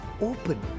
open